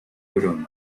bronce